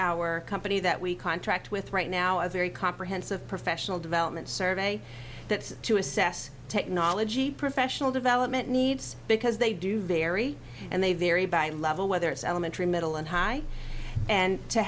our company that we contract with right now a very comprehensive professional development survey that to assess technology professional development needs because they do vary and they vary by level whether it's elementary middle and high and to